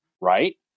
right